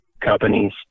companies